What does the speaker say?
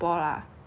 那个